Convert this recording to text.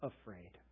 afraid